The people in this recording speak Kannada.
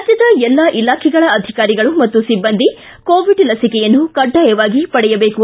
ರಾಜ್ಯದ ಎಲ್ಲಾ ಇಲಾಖೆಗಳ ಅಧಿಕಾರಿಗಳು ಹಾಗೂ ಸಿಬ್ಬಂದಿ ಕೋವಿಡ್ ಲಸಿಕೆಯನ್ನು ಕಡ್ಡಾಯವಾಗಿ ಪಡೆಯಬೇಕು